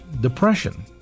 depression